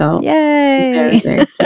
Yay